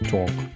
Talk